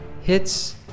hits